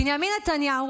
בנימין נתניהו,